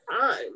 time